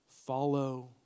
Follow